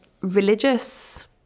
religious